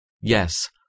Yes